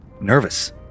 nervous